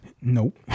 Nope